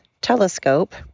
telescope